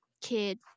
kid